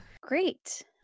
great